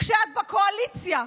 כשאת בקואליציה,